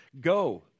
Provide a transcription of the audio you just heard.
Go